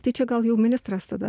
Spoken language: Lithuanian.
tai čia gal jau ministras tada